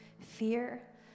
fear